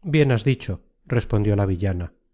content from google book search generated at bien has dicho respondió la villana y